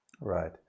Right